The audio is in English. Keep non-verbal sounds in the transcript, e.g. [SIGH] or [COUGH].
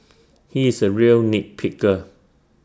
[NOISE] he is A real nit picker